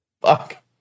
Fuck